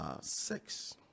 six